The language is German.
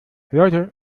leute